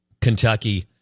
Kentucky